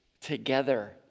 together